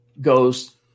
goes